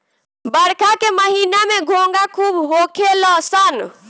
बरखा के महिना में घोंघा खूब होखेल सन